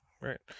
Right